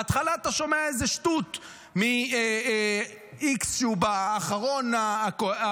בהתחלה אתה שומע איזה שטות מ-x שהוא האחרון בקואליציה,